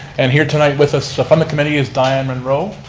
and here tonight with us, to fund the committee, is dianne munro.